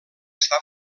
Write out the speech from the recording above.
està